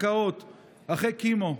הקאות אחרי כימו,